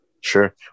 Sure